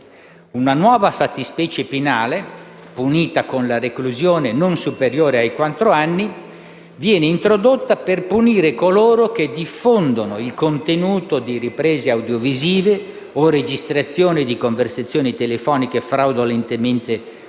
Una nuova fattispecie penale, punita con la reclusione non superiore a quattro anni, viene introdotta per punire coloro che diffondono il contenuto di riprese audiovisive o registrazioni di conversazioni telefoniche fraudolentemente captate,